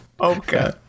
Okay